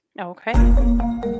okay